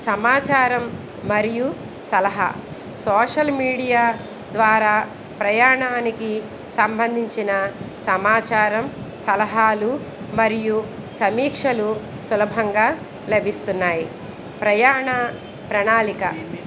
సమాచారం మరియు సలహా సోషల్ మీడియా ద్వారా ప్రయాణానికి సంబంధించిన సమాచారం సలహాలు మరియు సమీక్షలు సులభంగా లభిస్తున్నాయి ప్రయాణ ప్రణాళిక